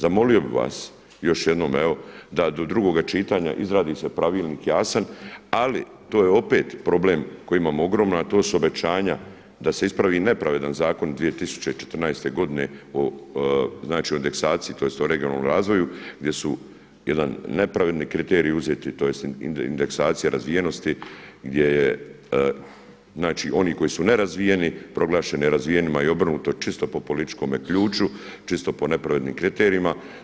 Zamolio bih vas još jednom evo da do drugoga čitanja izradi se pravilnik jasan, ali to je opet problem koji imamo ogroman, a to su obećanja da se ispravi nepravedan zakon iz 2014. godine znači o indeksaciji, tj. o regionalnom razvoju gdje su jedni nepravedni kriteriji uzeti, tj. indeksacija razvijenosti gdje je, znači oni koji su nerazvijeni proglašeni razvijenima i obrnuto čisto po političkome ključu, čisto po nepravednim kriterijima.